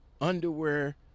underwear